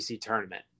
tournament